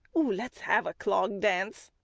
let's have a clog dance.